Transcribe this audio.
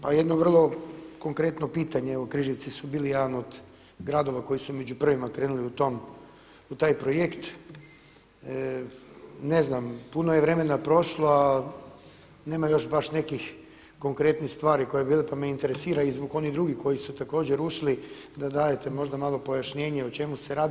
Pa jedno vrlo konkretno pitanje, Križevci su bili jedan od gradova koji su među prvima krenuli u taj projekt, ne znam puno je vremena prošlo, a nema još baš nekih konkretnih stvari … pa me interesira i zbog onih drugih koji su također ušli da dadete možda malo pojašnjenje o čemu se radi?